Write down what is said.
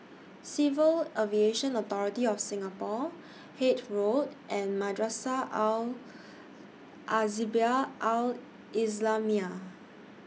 Civil Aviation Authority of Singapore Hythe Road and Madrasah Al Al Islamiah